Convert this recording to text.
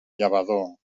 llavador